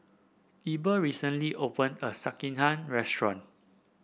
Eber recently opened a Sekihan Restaurant